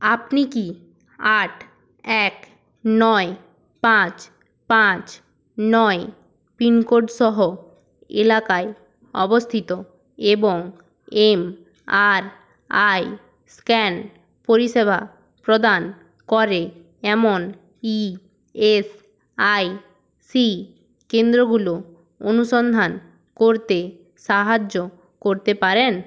আপনি কি আট এক নয় পাঁচ পাঁচ নয় পিনকোডসহ এলাকায় অবস্থিত এবং এম আর আই স্ক্যান পরিষেবা প্রদান করে এমন ই এস আই সি কেন্দ্রগুলো অনুসন্ধান করতে সাহায্য করতে পারেন